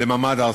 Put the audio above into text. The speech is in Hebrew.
למעמד הר-סיני.